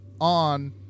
on